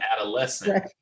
adolescent